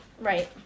Right